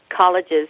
colleges